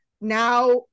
Now